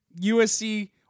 USC